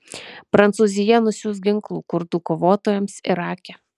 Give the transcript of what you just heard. prancūzija nusiųs ginklų kurdų kovotojams irake